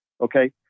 Okay